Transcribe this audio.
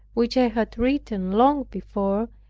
which i had written long before,